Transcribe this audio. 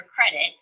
credit